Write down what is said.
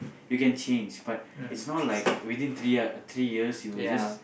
you can change but is not like within three year three years you'll just